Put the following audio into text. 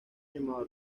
llamado